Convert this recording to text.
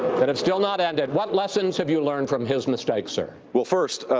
that have still not ended, what lessons have you learned from his mistakes, sir? well, first,